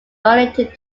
donated